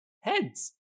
heads